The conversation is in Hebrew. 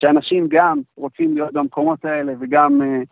שאנשים גם רוצים להיות במקומות האלה וגם...